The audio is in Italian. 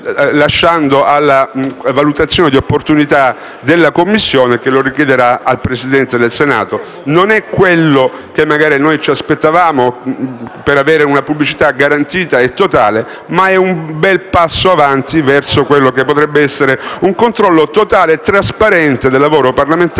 lasciando alla valutazione di opportunità della Commissione, che lo richiederà al Presidente del Senato. Non è quello che magari ci aspettavamo per avere una pubblicità garantita e totale ma è un bel passo avanti verso quello che potrebbe essere un controllo totale e trasparente del lavoro parlamentare